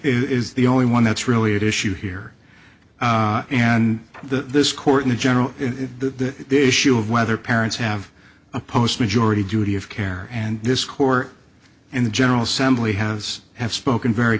is the only one that's really at issue here and the this court in general the issue of whether parents have a post majority duty of care and this court and the general assembly has have spoken very